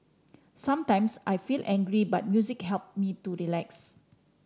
sometimes I feel angry but music help me to relax